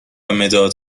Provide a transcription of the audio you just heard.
مداد